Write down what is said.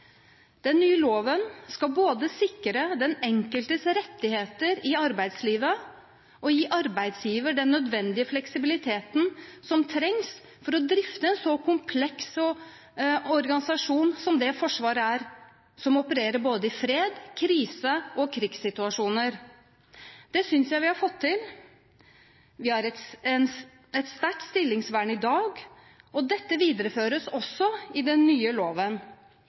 Den nye loven skal både sikre den enkeltes rettigheter i arbeidslivet og gi arbeidsgiver den nødvendige fleksibiliteten som trengs for å drifte en så kompleks organisasjon som Forsvaret er, som opererer i både fred, krise og krigssituasjoner. Det synes jeg vi har fått til. Vi har et sterkt stillingsvern i dag, og dette videreføres også i den nye loven.